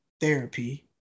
therapy